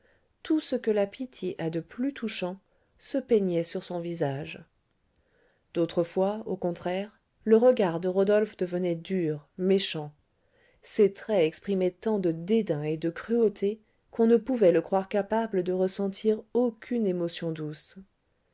tout ce que la pitié a de plus touchant se peignait sur son visage d'autres fois au contraire le regard de rodolphe devenait dur méchant ses traits exprimaient tant de dédain et de cruauté qu'on ne pouvait le croire capable de ressentir aucune émotion douce